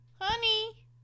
honey